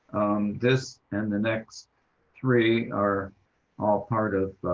this and the next three are all part of